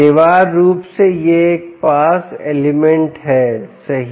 अनिवार्य रूप से यह एक पास एलिमेंट है सही